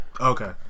Okay